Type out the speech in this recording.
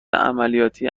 عملیاتی